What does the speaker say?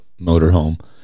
motorhome